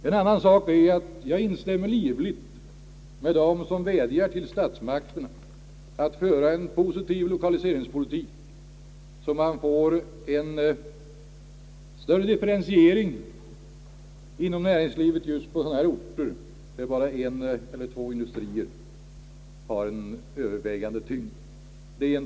En annan sak är att jag livligt instämmer med dem som vädjar till statsmakterna att föra en positiv lokaliseringspolitik, så att vi får en större differentiering av näringslivet på sådana orter där en eller två industrier har en Övervägande tyngd.